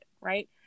right